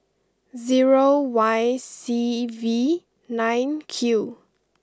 zero Y C V nine Q